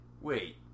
Wait